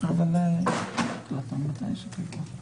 כל מי שיבקש